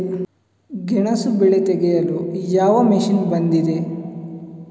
ಗೆಣಸು ಬೆಳೆ ತೆಗೆಯಲು ಯಾವ ಮಷೀನ್ ಬಂದಿದೆ?